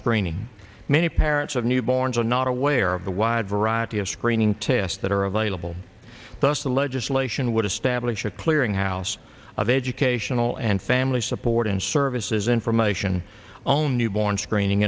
screening many parents of newborns are not aware of the wide variety of screening tests that are available thus the legislation would establish a clearinghouse of educational and family support and services information own newborn screening